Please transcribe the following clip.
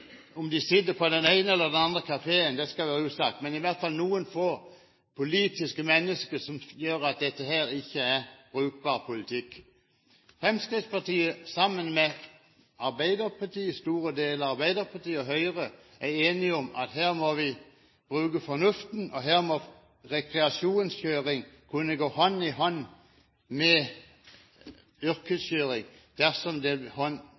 om de sitter på den ene eller andre kafeen, skal være usagt – politiske mennesker som sier at dette ikke er brukbar politikk. Fremskrittspartiet, sammen med store deler av Arbeiderpartiet og Høyre, er enige om at her må vi bruke fornuften, og her må rekreasjonskjøring kunne gå hånd i hånd med yrkeskjøring dersom prosedyrene ligger innenfor regelverket. Det